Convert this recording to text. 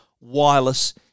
Wireless